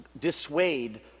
dissuade